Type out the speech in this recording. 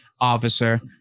officer